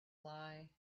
lie